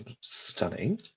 stunning